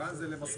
נבחן זה למסמס.